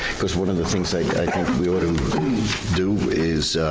cause one of the things like i think we ought to do is.